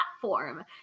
platform